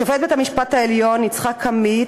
שופט בית-המשפט העליון יצחק עמית,